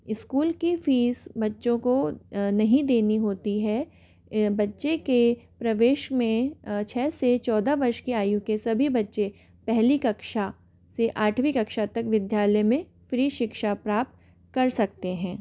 school की fees बच्चों को नहीं देनी होती है बच्चे के प्रवेश में छः से चौदह वर्ष की आयु के सभी बच्चे पहली कक्षा से आठवीं कक्षा तक विद्यालय में फ्री शिक्षा प्राप्त कर सकते हैं